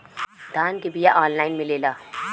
धान के बिया ऑनलाइन मिलेला?